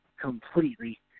completely